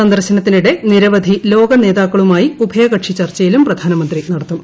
സന്ദർശനത്തിനിടെ നിരവധി ലോക നേതാക്കളുമായി ഉഭയകക്ഷി ചർച്ചയും പ്രധാനമന്ത്രി നടത്തും